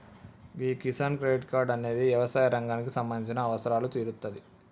గీ Kisan credit card అనేది యవసాయ రంగానికి సంబంధించిన అవసరాలు తీరుత్తాది